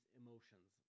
emotions